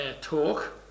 talk